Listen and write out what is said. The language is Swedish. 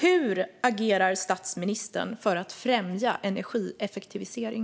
Hur agerar statsministern för att främja energieffektivisering?